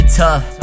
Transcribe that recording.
tough